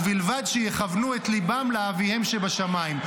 ובלבד שיכוונו את ליבם לאביהם שבשמיים.